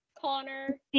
connor